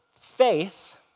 faith